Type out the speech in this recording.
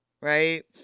right